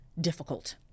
Difficult